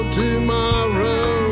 tomorrow